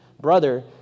brother